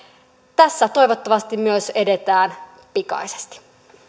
tässä toivottavasti myös edetään pikaisesti